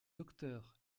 docteur